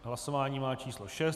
Hlasování má číslo 6.